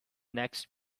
next